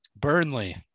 Burnley